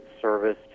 service